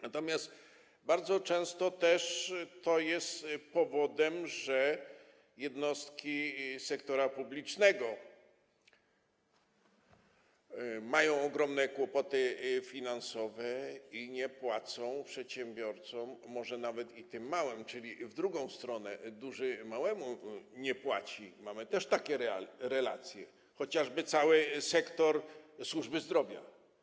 Natomiast bardzo często jest to powodem tego, że jednostki sektora publicznego mają ogromne kłopoty finansowe i nie płacą przedsiębiorcom, może nawet i tym małym, czyli w drugą stronę, duży małemu nie płaci, mamy też takie relacje, chociażby cały sektor służby zdrowia.